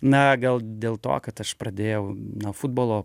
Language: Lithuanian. na gal dėl to kad aš pradėjau na futbolo